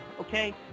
Okay